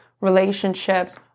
relationships